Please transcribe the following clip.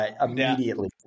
Immediately